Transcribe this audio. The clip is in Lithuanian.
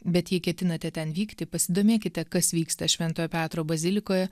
bet jei ketinate ten vykti pasidomėkite kas vyksta šventojo petro bazilikoje